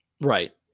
Right